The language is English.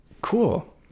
Cool